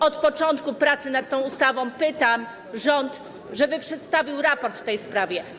Od początku pracy nad tą ustawą proszę rząd, żeby przedstawił raport w tej sprawie.